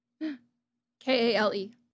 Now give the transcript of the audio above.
K-A-L-E